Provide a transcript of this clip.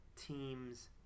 teams